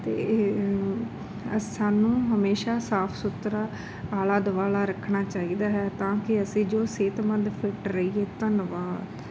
ਅਤੇ ਇਹ ਸਾਨੂੰ ਹਮੇਸ਼ਾ ਸਾਫ਼ ਸੁਥਰਾ ਆਲਾ ਦੁਆਲਾ ਰੱਖਣਾ ਚਾਹੀਦਾ ਹੈ ਤਾਂ ਕਿ ਅਸੀਂ ਜੋ ਸਿਹਤਮੰਦ ਫਿੱਟ ਰਹੀਏ ਧੰਨਵਾਦ